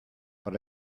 but